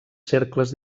cercles